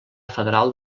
federal